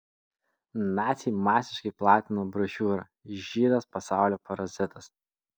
naciai masiškai platino brošiūrą žydas pasaulio parazitas